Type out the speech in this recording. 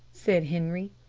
said henri.